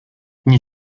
nie